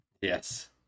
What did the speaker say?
Yes